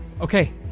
Okay